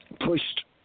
pushed